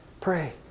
Pray